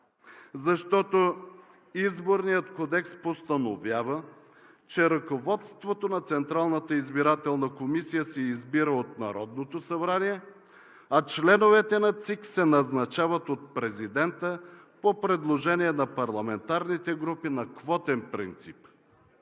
защото Изборният кодекс постановява, че ръководството на Централната избирателна комисия се избира от Народното събрание, а членовете на ЦИК се назначават от президента по предложение на парламентарните групи – на квотен принцип.